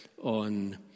on